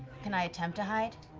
can i attempt to hide?